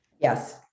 Yes